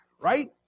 right